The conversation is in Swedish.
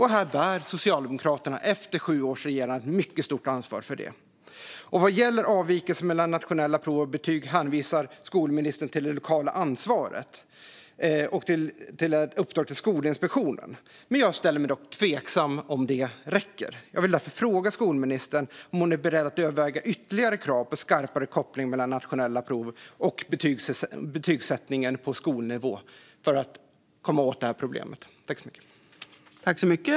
Här bär Socialdemokraterna efter sju års regerande ett mycket stort ansvar. Vad gäller avvikelser mellan nationella prov och betyg hänvisar skolministern till det lokala ansvaret och till ett uppdrag till Skolinspektionen. Jag ställer mig dock tveksam till om detta räcker. Jag vill därför fråga ministern om hon är beredd att överväga ytterligare krav på skarpare koppling mellan nationella prov och betygsättning på skolnivå för att komma åt det här problemet.